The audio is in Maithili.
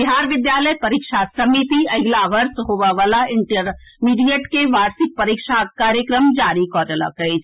बिहार विद्यालय परीक्षा समिति अगिला वर्ष होबय वला इंटरमीडिएट के वार्षिक परीक्षाक कार्यक्रम जारी कऽ देलक अछि